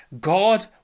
God